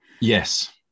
yes